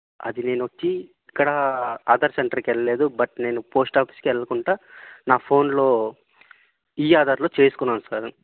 అది నేను వచ్చి ఇక్కడ ఆధార్ సెంటర్కి వెళ్ళలేదు బట్ నేను పోస్ట్ ఆఫీస్కి వెళ్ళకుండా నా ఫోన్లో ఈ ఆధార్లో చేసుకున్నాను సార్